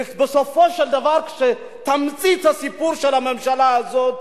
ובסופו של דבר תמצית הסיפור של הממשלה הזאת,